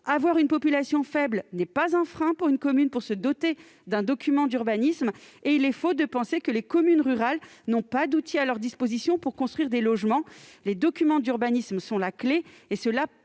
avoir une population faible n'est pas un frein pour se doter d'un tel outil ; il est faux de penser que les communes rurales n'ont pas de solution à leur disposition pour construire des logements. Les documents d'urbanisme sont la clé et